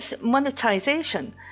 monetization